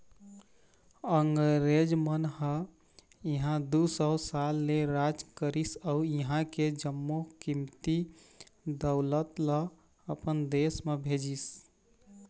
अंगरेज मन ह इहां दू सौ साल ले राज करिस अउ इहां के जम्मो कीमती दउलत ल अपन देश म भेजिस